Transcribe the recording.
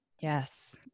Yes